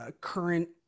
current